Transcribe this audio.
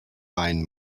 weinen